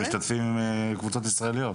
הם משתתפים עם קבוצות ישראליות.